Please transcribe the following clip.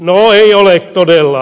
no ei ole todella